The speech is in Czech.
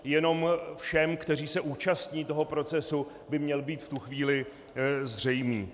Jenom všem, kteří se účastní procesu, by měl být v tu chvíli zřejmý.